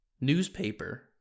Newspaper